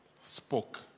spoke